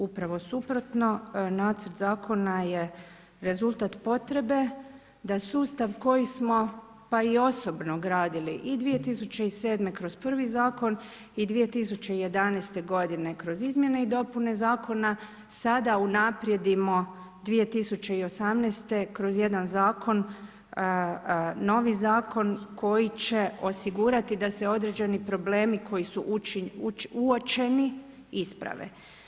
Upravo suprotno, nacrt zakona je rezultat potrebe, da sustav koji smo pa i osobno gradili i 2007. kroz prvi zakon i 2011. kroz izmjene i dopune zakona, sada unaprijedimo 2018. kroz jedan zakon, novi zakon, koji će osigurati da se određeni problemi koji su uočeni isprave.